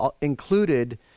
included